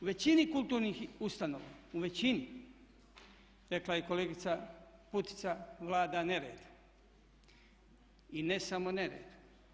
U većini kulturnih ustanova u većini, rekla je i kolegica Putica vlada nered i ne samo nered.